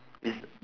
is